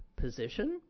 position